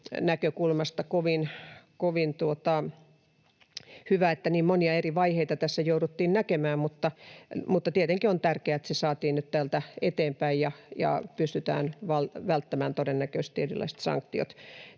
näkökulmasta kovin hyvä, että niin monia eri vaiheita tässä jouduttiin näkemään, mutta tietenkin on tärkeää, että se saatiin nyt täältä eteenpäin ja pystytään välttämään todennäköisesti erilaiset sanktiot.